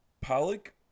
Pollock –